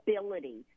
ability